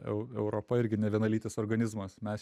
eu europa irgi nevienalytis organizmas mes